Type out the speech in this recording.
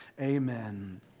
Amen